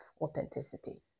authenticity